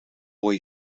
boy